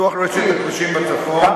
פיתוח רשת הכבישים בצפון,